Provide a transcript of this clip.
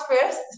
first